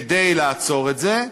כדי לעצור את זה.